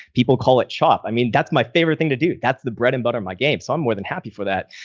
people call it chop. i mean, that's my favorite thing to do. that's the bread and butter in my game. so i'm more than happy for that.